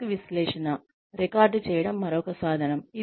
task విశ్లేషణ record చేయడం మరొక సాధనం